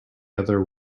other